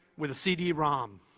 with the cd-rom.